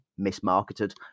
mismarketed